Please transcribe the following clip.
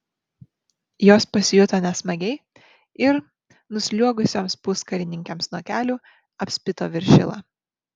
jos pasijuto nesmagiai ir nusliuogusios puskarininkiams nuo kelių apspito viršilą